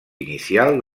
inicial